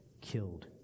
killed